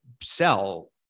sell